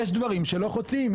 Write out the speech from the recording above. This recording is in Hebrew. יש דברים שלא חוצים,